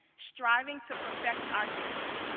striving to perfect our gifts,